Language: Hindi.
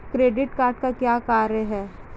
क्रेडिट कार्ड का क्या कार्य है?